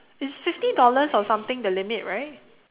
it's fifty dollars or something the limit right